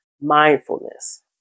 mindfulness